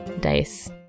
dice